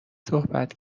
صحبت